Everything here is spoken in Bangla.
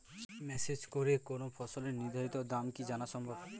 মেসেজ করে কোন ফসলের নির্ধারিত দাম কি জানা সম্ভব?